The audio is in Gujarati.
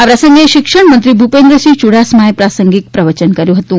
આ પ્રસંગે શિક્ષણમંત્રી ભૂપેન્દ્રસિંહ યૂડાસમાએ પ્રાસંગિક પ્રવચન કર્યુ હતુ